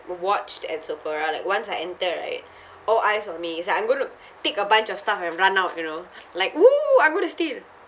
uh watched at Sephora like once I enter right all eyes on me is like I'm going to take a bunch of stuff and run out you know like !woo! I'm going to steal